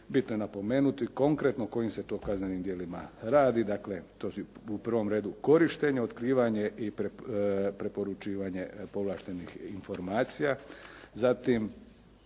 Bitno je napomenuti konkretno o kojim se to kaznenim djelima radi. Dakle, to su u prvom redu korištenje, otkrivanje i preporučivanje povlaštenih informacija. Zatim.